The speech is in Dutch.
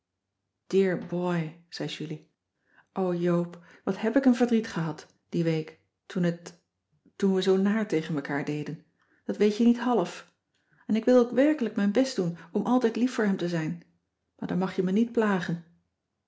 zei julie o joop wat heb ik een verdriet gehad die week toen het toen we zoo naar tegen we mekaar deden dat weet je niet half en ik wil ook werkelijk mijn best doen om altijd lief voor hem te zijn maar dan mag je me niet plagen